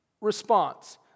response